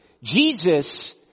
Jesus